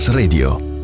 Radio